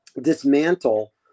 dismantle